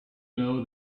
know